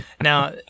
Now